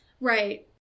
right